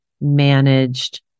managed